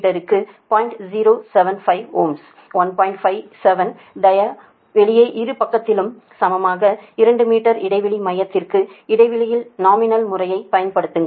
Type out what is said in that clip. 57 டயாவுக்கு வெளியே இரு பக்கத்திலும் சமமாக 2 மீட்டர் இடைவெளி மையத்திற்கு இடையில் நாமினலான முறையைப் பயன்படுத்துங்கள்